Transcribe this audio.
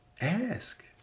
Ask